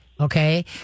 Okay